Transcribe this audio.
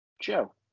Joe